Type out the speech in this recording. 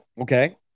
Okay